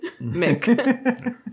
Mick